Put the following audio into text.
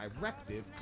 directive